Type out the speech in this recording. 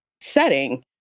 setting